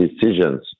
decisions